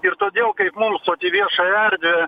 ir todėl kaip mums vat į viešąją erdvę